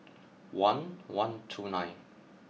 one one two nine